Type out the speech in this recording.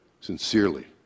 Sincerely